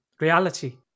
reality